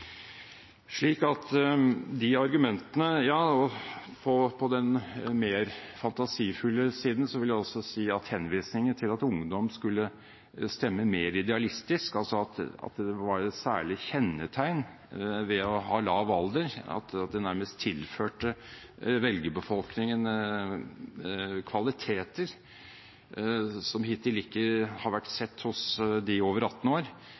På den mer fantasifulle siden vil jeg også si at henvisningen til at ungdom skulle stemme mer idealistisk – altså at det var et særlig kjennetegn ved å ha lav alder, og at det nærmest tilførte velgerbefolkningen kvaliteter som hittil ikke har vært sett hos de over 18 år